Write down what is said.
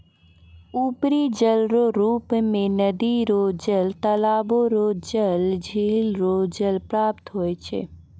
उपरी जलरो रुप मे नदी रो जल, तालाबो रो जल, झिल रो जल प्राप्त होय छै